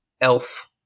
elf